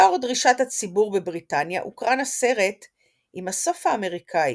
לאור דרישת הציבור בבריטניה הוקרן הסרט עם "הסוף האמריקאי",